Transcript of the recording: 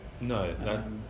No